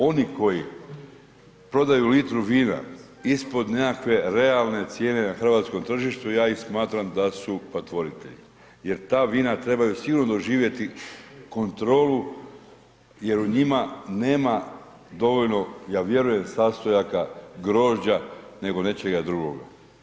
Oni koji prodaju litru vina ispod nekakve realne cijene na hrvatskom tržištu, ja ih smatram da su patvoritelji jer ta vina trebaju sigurno doživjeti kontrolu jer u njima nema dovoljno ja vjerujem sastojaka grožđa nego nečega drugoga.